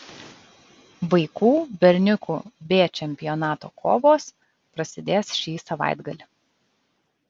vaikų berniukų b čempionato kovos prasidės šį savaitgalį